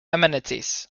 amenities